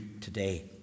today